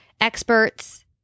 experts